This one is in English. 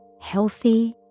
healthy